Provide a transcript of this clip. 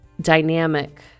dynamic